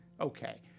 Okay